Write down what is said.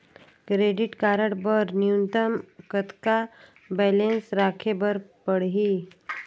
Credit card बर न्यूनतम कतका बैलेंस राखे बर पड़ही?